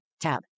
Tab